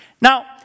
Now